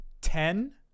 Ten